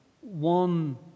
One